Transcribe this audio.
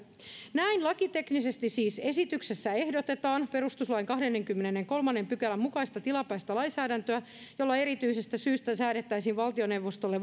näin lakiteknisesti siis esityksessä ehdotetaan perustuslain kahdennenkymmenennenkolmannen pykälän mukaista tilapäistä lainsäädäntöä jolla erityisestä syystä säädettäisiin valtioneuvostolle